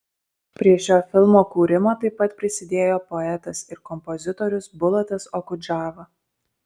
prie šio filmo kūrimo taip pat prisidėjo poetas ir kompozitorius bulatas okudžava